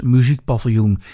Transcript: Muziekpaviljoen